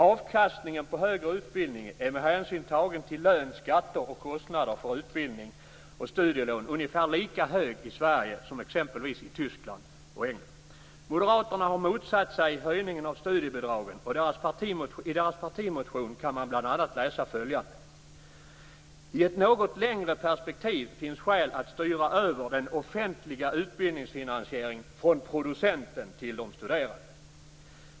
Avkastningen på högre utbildning är med hänsyn tagen till lön, skatter och kostnader för utbildning och studielån ungefär lika hög i Sverige som exempelvis i Tyskland och England. Moderaterna har motsatt sig höjningen av studiebidragen. I deras partimotion kan man bl.a. läsa följande: "I ett något längre perspektiv finns skäl att styra över den offentliga utbildningsfinansieringen från producenten till de studerande."